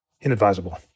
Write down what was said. inadvisable